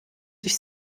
sich